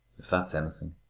if that's anything.